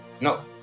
No